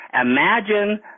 imagine